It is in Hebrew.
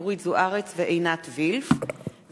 אורית זוארץ ועינת וילף,